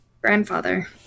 grandfather